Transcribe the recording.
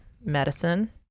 medicine